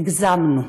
הגזמנו,